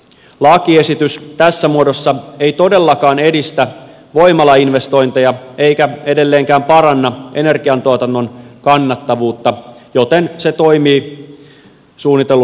lakiesitys tässä muodossa ei todellakaan edistä voimalainvestointeja eikä edelleenkään paranna energiantuotannon kannattavuutta joten se toimii suunnitellulla tavalla